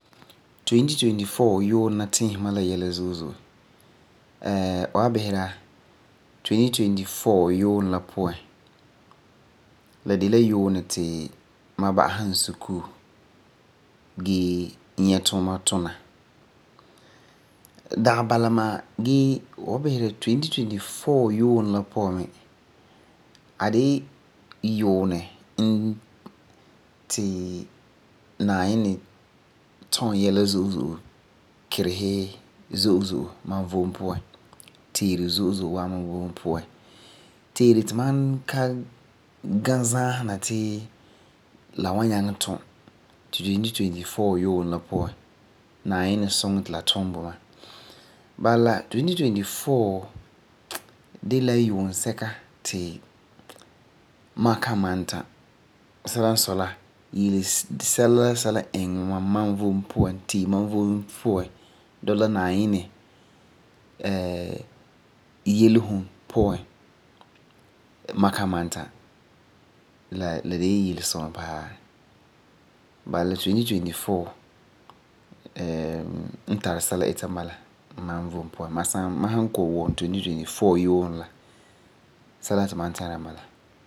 2024 yuunɛ la tiisi ma la yɛla zo'e zo'e. fu wa bisera, la de la yuunɛ ti ma ba'asɛ n sukuu gee nyɛ nyɛ tuuma tuna. Dagi bala ma'a fu wa bisera 2024 yuunɛ la puan mi, a de'e yuunɛ n ti Naayinɛ tum yɛla zo'e zo'e, kiresi zo'e zo'e ma vom puan, teere zo'e zo'e wa'am ma vom puan, teere ti ma ka ga zaasena ti la wan nyaŋɛ tum, ti 2024 yuunɛ la puan Naayinɛ suŋɛ ti la tum bo ma. Bala la 2024 de la yuunsɛka ti ma kan man tam. Sɛla n sɔi la, yele sɛla la sɛla n iŋɛ ma vom puan tee ma vom puan dɔla Naayinɛ yelesum puan ma kan man tam, la de la yelesunɛ paa. Ma han kɔ'ɔm wum 2024 yuunɛ la sɛla ti ma n tara n bala.